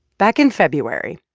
back in february,